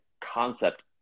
concept